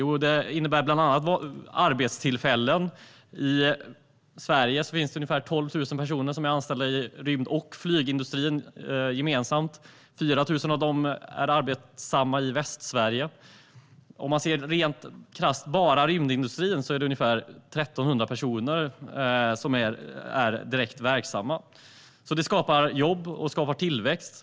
Jo, det innebär bland annat arbetstillfällen. I Sverige är ungefär 12 000 personer anställda i rymd och flygindustrin. 4 000 av dem är verksamma i Västsverige. Om man ser på bara själva rymdindustrin är 1 300 personer verksamma. Det skapar alltså jobb och tillväxt.